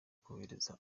korohereza